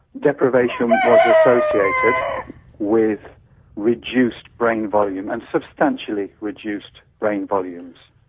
deprivation was associated with reduced brain volume, and substantially reduced brain volumes.